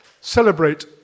celebrate